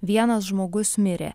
vienas žmogus mirė